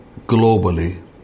globally